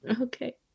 okay